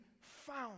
found